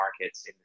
markets